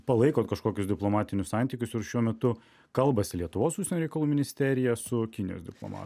palaikot kažkokius diplomatinius santykius ir šiuo metu kalbasi lietuvos užsienio reikalų ministerija su kinijos diplomatais